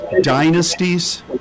dynasties